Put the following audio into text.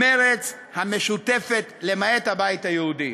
מרצ, המשותפת, למעט הבית היהודי.